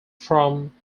from